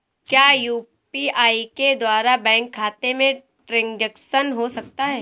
क्या यू.पी.आई के द्वारा बैंक खाते में ट्रैन्ज़ैक्शन हो सकता है?